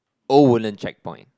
old Woodlands checkpoint